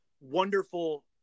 wonderful